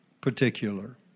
particular